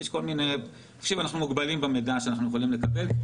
אנחנו מוגבלים במידע שאנחנו יכולים לקבל.